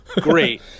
Great